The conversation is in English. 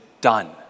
done